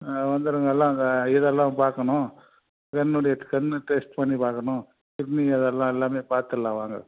ஆ வந்துடுங்க எல்லா அங்கே இதல்லாம் பார்க்கணும் கண்ணுடைய கண் டெஸ்ட் பண்ணி பார்க்கணும் லெவல்லாம் எல்லாம் பாத்துடலாம் வாங்க